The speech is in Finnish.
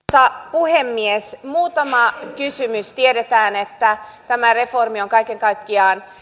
puhemies muutama kysymys tiedetään että tämä reformi on kaiken kaikkiaan